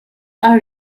are